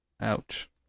Ouch